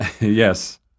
Yes